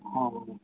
ᱦᱮᱸ